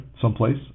someplace